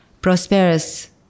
prosperous